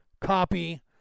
copy